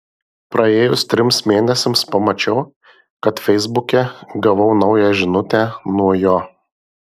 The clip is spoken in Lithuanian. praėjus trims mėnesiams pamačiau kad feisbuke gavau naują žinutę nuo jo